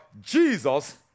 Jesus